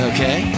Okay